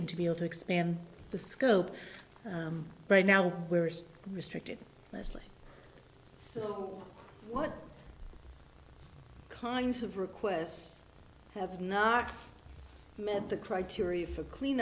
and to be able to expand the scope right now where it's restricted leslie so what kinds of requests have not met the criteria for